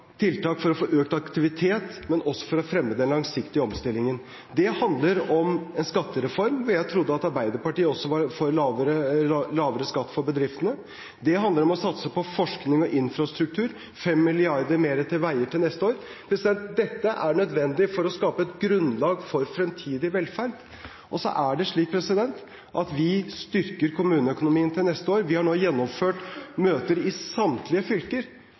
tiltak for å få økt aktivitet, men også for å fremme den langsiktige omstillingen. Det handler om en skattereform – og jeg trodde at Arbeiderpartiet også var for lavere skatt for bedriftene. Det handler om å satse på forskning og infrastruktur – 5 mrd. kr mer til veier til neste år. Dette er nødvendig for å skape et grunnlag for fremtidig velferd. Og så er det slik at vi styrker kommuneøkonomien til neste år. Vi har nå gjennomført møter i samtlige fylker,